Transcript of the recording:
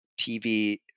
TV